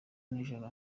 nijoro